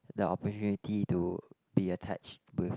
the opportunity to be attached with